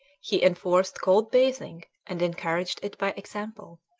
he enforced cold bathing, and encouraged it by example.